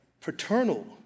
paternal